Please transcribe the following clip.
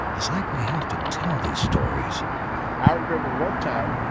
it's like we have to tell these stories i remember one time,